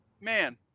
Man